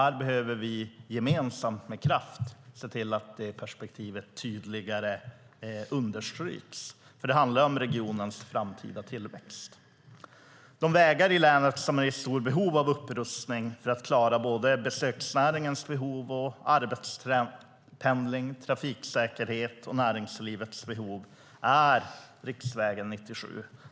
Här behöver vi gemensamt med kraft se till att det perspektivet tydligare understryks. Det handlar om regionens framtida tillväxt. Den väg i länet som är i stort behov av upprustning för att klara både besöksnäringens behov och arbetspendling, trafiksäkerhet och näringslivets behov är riksväg 97.